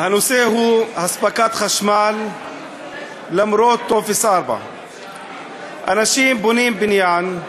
הנושא הוא אספקת חשמל למרות עניין טופס 4. אנשים בונים בניין,